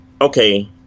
okay